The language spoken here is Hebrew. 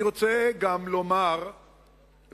אני רוצה גם לומר ולציין,